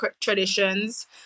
traditions